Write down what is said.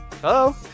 Hello